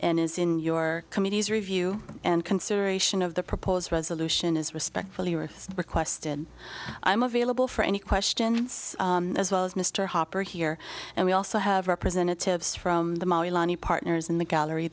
and is in your committee's review and consideration of the proposed resolution is respectfully request requested i'm available for any questions as well as mr hopper here and we also have representatives from the partners in the gallery